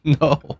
no